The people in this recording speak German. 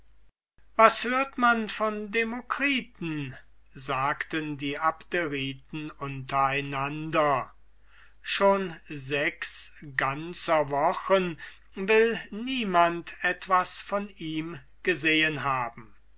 was hört man vom demokritus sagten die abderiten unter einander schon sechs ganzer wochen will niemand nichts von ihm gesehen haben